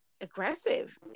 aggressive